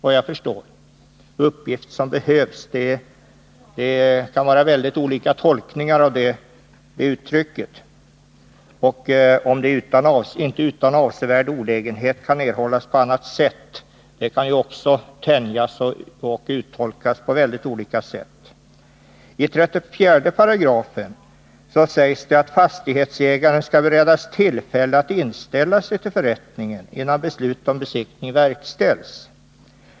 Uttrycket ”uppgift som behövs” kan ges olika tolkningar. Likaså kan frasen ”inte utan avsevärd olägenhet kan erhållas på annat sätt” tänjas och tolkas olika. I 34 § sägs att fastighetsägaren skall beredas tillfälle att inställa sig till förrättningen, innan beslut om besiktning verkställs.